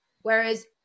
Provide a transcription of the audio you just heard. Whereas